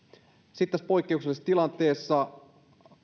sitten tässä poikkeuksellisessa tilanteessa